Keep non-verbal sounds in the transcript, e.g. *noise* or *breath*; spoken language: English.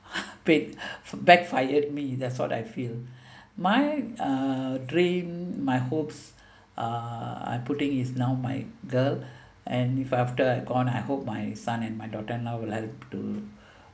paid *breath* backfired me that's what I feel my uh dream my hopes uh I putting is now my girl and if after I gone I hope my son and my daughter now will help to